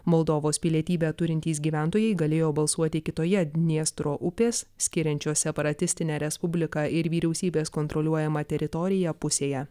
moldovos pilietybę turintys gyventojai galėjo balsuoti kitoje dniestro upės skiriančios separatistinę respubliką ir vyriausybės kontroliuojamą teritoriją pusėje